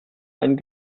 ein